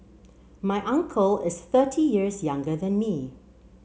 my uncle is thirty years younger than me